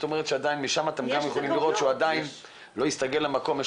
משם אתם גם יכולים לראות שעדיין הוא לא הסתגל למקום.